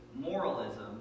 moralism